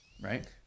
right